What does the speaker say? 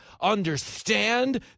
Understand